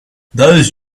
those